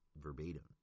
verbatim